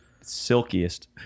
silkiest